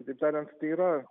kitaip tariant yra